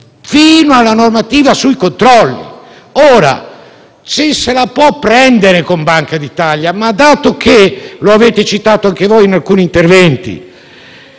fino a quella sui controlli. Ora, se la può prendere con Banca d'Italia, ma come avete detto anche voi in alcuni interventi